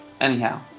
anyhow